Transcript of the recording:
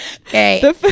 Okay